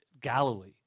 Galilee